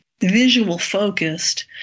visual-focused